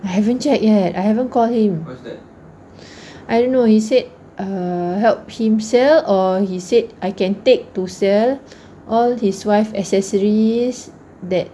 I haven't check yet I haven't call him I don't know he said uh help him sell all he said I can take to sell all his wife accessories that